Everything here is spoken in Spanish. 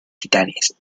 titanes